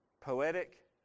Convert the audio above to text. poetic